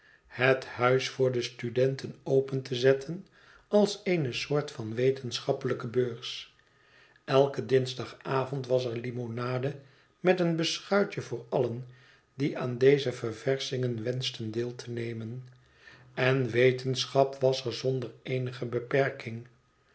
het huis voor de studenten open te zetten als eene soort van wetenschappelijke beurs eiken dinsdagavond was er limonade met een beschuitje voor allen die aan deze ververschingen wenschten deel te nemen en wetenschap was er zonder eenige beperking